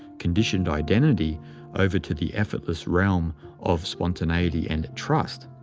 conditioned identity over to the effortless realm of spontaneity and trust,